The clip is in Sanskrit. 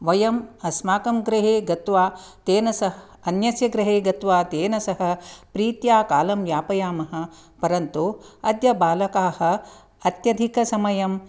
वयं अस्माकं गृहे गत्वा तेन स अन्यस्य गृहे गत्वा तेन सह प्रीत्या कालं यापयामः परन्तु अद्य बालकाः अत्यधिकसमयम्